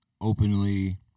openly